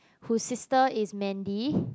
whose sister is Mandy